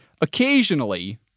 occasionally